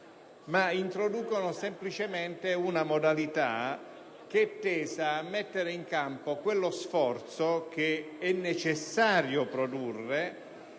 ma introducono semplicemente una modalità di intervento tesa a mettere in campo lo sforzo che è necessario produrre